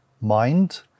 mind